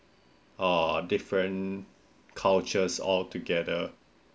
are different cultures altogether